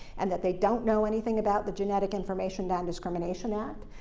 and that they don't know anything about the genetic information non-discrimination act.